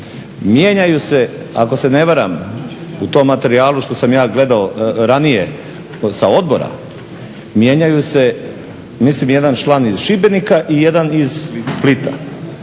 Mijenjaju se, ako se ne varam, u tom materijalu što sam ja gledao ranije sa odbora, mijenjaju se mislim 1 član iz Šibenika i 1 iz Splita,